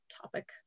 topic